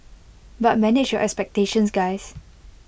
but manage your expectations guys